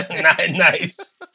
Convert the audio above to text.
Nice